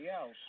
else